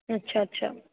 अच्छा अच्छा